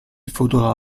faudra